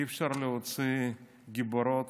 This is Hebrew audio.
אפשר להוציא גיבורות